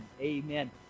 Amen